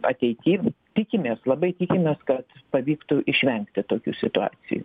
ateity tikimės labai tikimės kad pavyktų išvengti tokių situacijų